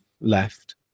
left